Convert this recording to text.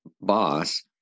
boss